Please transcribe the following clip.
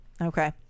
okay